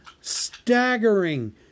staggering